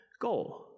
goal